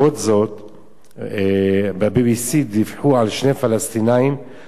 ב-BBC דיווחו על שני פלסטינים שהוצאו להורג.